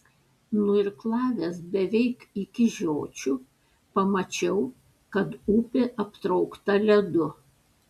nuirklavęs beveik iki žiočių pamačiau kad upė aptraukta ledu